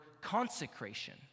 consecration